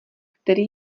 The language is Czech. který